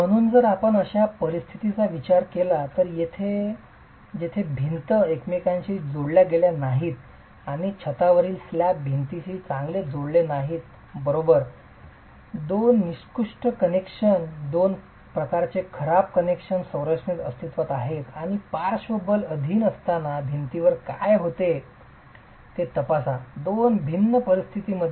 म्हणून जर आपण अशा परिस्थितीचा विचार केला तर जेथे भिंती एकमेकांशी जोडल्या गेलेल्या नाहीत आणि छतावरील स्लॅब भिंतींशी चांगले जोडलेले नाहीत बरोबर दोन निकृष्ट कनेक्शन दोन प्रकारचे खराब कनेक्शन संरचनेत अस्तित्वात आहेत आणि पार्श्व बाल अधीन असताना भिंतीवर काय होते ते तपासा दोन भिन्न परिस्थितींमध्ये